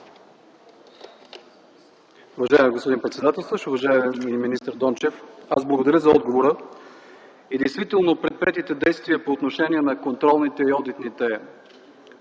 Уважаеми господин председател, уважаеми господин Дончев! Аз благодаря за отговора. Действително предприетите действия по отношение на контролните и одитните